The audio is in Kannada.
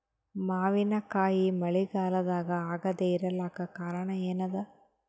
ಮಾವಿನಕಾಯಿ ಮಳಿಗಾಲದಾಗ ಆಗದೆ ಇರಲಾಕ ಕಾರಣ ಏನದ?